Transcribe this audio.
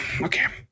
okay